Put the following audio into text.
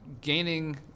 gaining